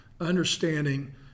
understanding